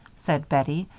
said bettie,